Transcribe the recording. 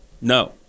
No